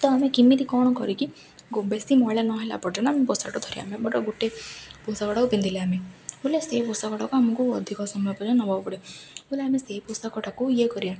ତ ଆମେ କେମିତି କ'ଣ କରିକି ବେଶୀ ମଇଳା ନ ହେଲା ପର୍ଯ୍ୟନ୍ତ ନା ଆମେ ପୋଷାକଠୁ ଧରି ଆମେ ଗୋଟେ ପୋଷକଟାକୁ ପିନ୍ଧିଲେ ଆମେ ବୋଲେ ସେ ପୋଷାକଟାକୁ ଆମକୁ ଅଧିକ ସମୟ ପଯ୍ୟନ୍ତ ନବାକୁ ପଡ଼ିବ ବଲେ ଆମେ ସେଇ ପୋଷକଟାକୁ ଇଏ କରିବା